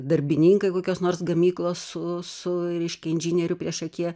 darbininkai kokios nors gamyklos su su reiškia inžinieriu priešakyje